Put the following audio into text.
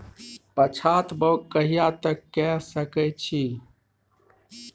पछात बौग कहिया तक के सकै छी?